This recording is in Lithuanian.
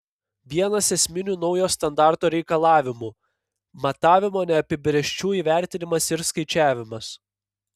vienas esminių naujo standarto reikalavimų matavimų neapibrėžčių įvertinimas ir skaičiavimas